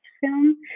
film